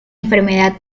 enfermedad